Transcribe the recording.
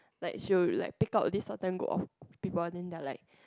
like she will like pick out this group of people then they're like